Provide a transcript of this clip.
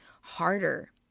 harder